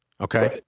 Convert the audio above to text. Okay